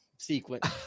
sequence